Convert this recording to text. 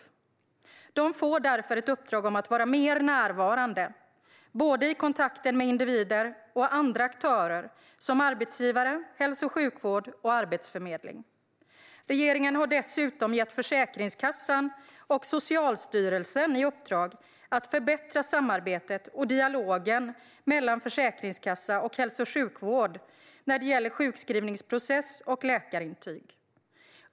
Försäkringskassan får därför ett uppdrag om att vara mer närvarande i kontakten med både individer och andra aktörer som arbetsgivare, hälso och sjukvård och Arbetsförmedlingen. Regeringen har dessutom gett Försäkringskassan och Socialstyrelsen i uppdrag att förbättra samarbetet och dialogen mellan Försäkringskassan och hälso och sjukvården när det gäller sjukskrivningsprocess och läkarintyg.